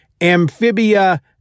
Amphibia